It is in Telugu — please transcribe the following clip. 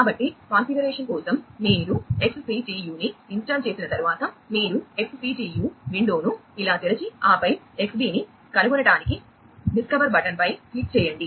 కాబట్టి కాన్ఫిగరేషన్ కోసం మీరు XCTU ని ఇన్స్టాల్ చేసిన తర్వాత మీరు XCTU విండోను చేయండి